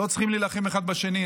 לא צריכים להילחם אחד בשני,